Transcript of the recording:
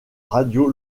radio